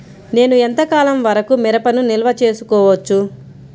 నేను ఎంత కాలం వరకు మిరపను నిల్వ చేసుకోవచ్చు?